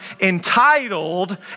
entitled